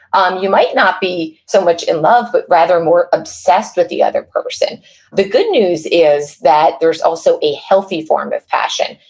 um you might not be so much in love, but rather more obsessed with the other person the good news is that there's also a healthy form of passion,